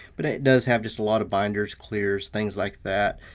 but it does have just a lot of binders, clears, things like that,